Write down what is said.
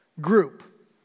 group